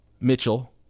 Mitchell